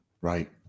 Right